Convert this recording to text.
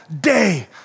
day